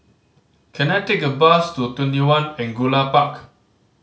can I take a bus to TwentyOne Angullia Park